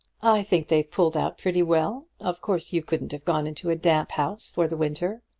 i think they've pulled out pretty well. of course you couldn't have gone into a damp house for the winter.